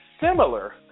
similar